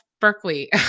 Berkeley